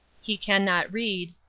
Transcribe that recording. he can not read,